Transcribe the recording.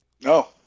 No